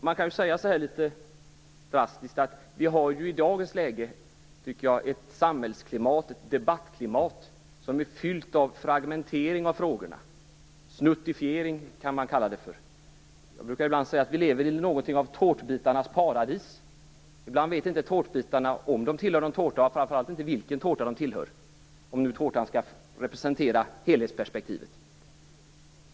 Man kan litet drastiskt säga att vi i dagens läge har ett debattklimat som leder till fragmentering av frågorna. "Snuttifiering" kan man kalla det. Jag brukar säga att vi lever i tårtbitarnas paradis. Ibland vet inte tårtbitarna om de tillhör någon tårta och framför allt inte vilken tårta de tillhör, om nu tårtan representerar helhetsperspektivet.